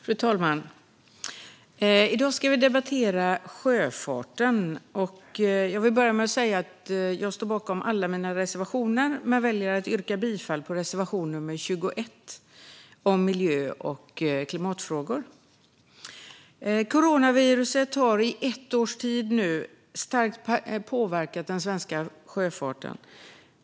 Fru talman! I dag ska vi debattera sjöfarten. Jag vill börja med att säga att vi står bakom alla våra reservationer, men jag väljer att yrka bifall endast till reservation 21 om miljö och klimatfrågor. Coronaviruset har i ett års tid starkt påverkat den svenska sjöfarten.